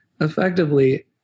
effectively